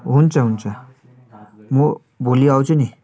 हुन्छ हुन्छ म भोलि आउँछु नि